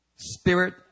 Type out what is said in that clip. Spirit